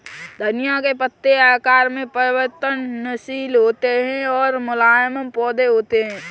धनिया के पत्ते आकार में परिवर्तनशील होते हैं और मुलायम पौधे होते हैं